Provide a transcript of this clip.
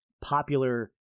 popular